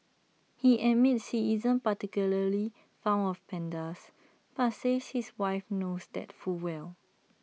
he admits he isn't particularly fond of pandas but says his wife knows that full well